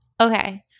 Okay